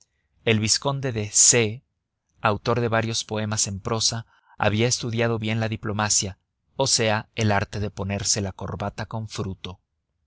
el vizconde de c autor de varios poemas en prosa había estudiado bien la diplomacia o sea el arte de ponerse la corbata con fruto